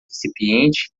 recipiente